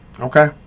Okay